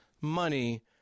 money